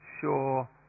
sure